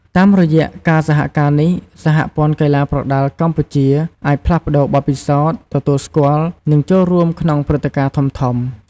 តាមរយៈការសហការនេះ សហព័ន្ធកីឡាប្រដាល់កម្ពុជាអាច ផ្លាស់ប្ដូរបទពិសោធន៍ ទទួលស្គាល់ និងចូលរួមក្នុងព្រឹត្តិការណ៍ធំៗ។